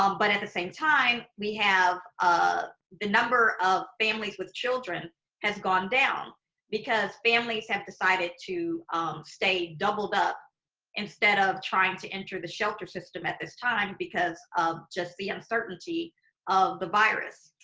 um but at the same time we have ah the number of families with children has gone down because families have decided to stay doubled up instead of trying to enter the shelter system at this time because of just the uncertainty of the virus.